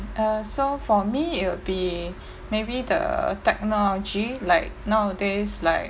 uh so for me it would be maybe the technology like nowadays like